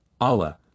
Allah